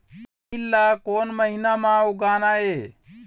तील ला कोन महीना म उगाना ये?